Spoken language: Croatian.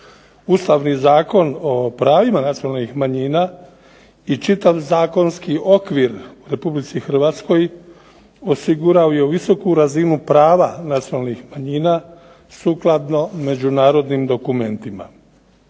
Ustavni zakon o pravima nacionalnih manjina i čitav zakonski okvir RH osigurao je visoku razinu prava nacionalnih manjina sukladno međunarodnim dokumentima.